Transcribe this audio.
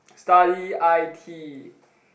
study i_t